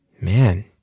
Man